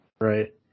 Right